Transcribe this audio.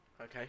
Okay